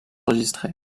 enregistrées